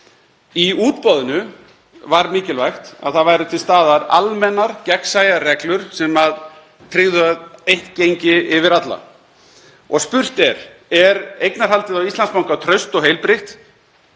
Í útboðinu var mikilvægt að það væru til staðar almennar gegnsæjar reglur sem tryggðu að eitt gengi yfir alla. Spurt er: Er eignarhaldið á Íslandsbanka traust og heilbrigt?